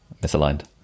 misaligned